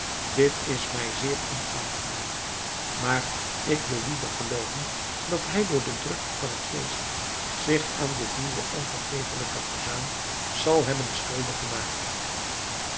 dit is mij zeer onaangenaam maar ik wil liever gelooven dat hij door de drukte van het feest zich aan dit nieuwe onvergeeflijke verzuim zal hebben schuldig gemaakt